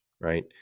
right